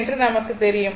என்று நமக்கு தெரியும்